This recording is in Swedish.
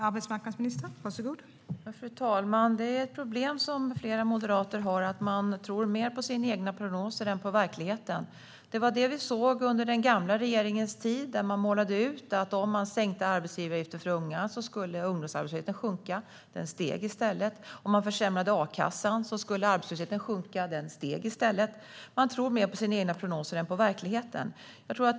Fru talman! Ett problem som flera moderater har är att man tror mer på sina egna prognoser än på verkligheten. Det såg vi under den gamla regeringens tid. Man målade ut att om man sänkte arbetsgivaravgiften för unga skulle ungdomsarbetslösheten sjunka. Den steg i stället. Om man försämrade a-kassan skulle arbetslösheten sjunka. Den steg i stället. Man tror mer på sina egna prognoser än på verkligheten.